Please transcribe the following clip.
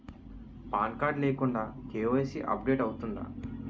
Pan card లేకుండా KYC update అవుతుందా?